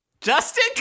Justin